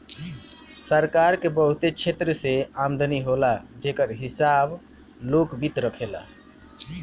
सरकार के बहुत क्षेत्र से आमदनी होला जेकर हिसाब लोक वित्त राखेला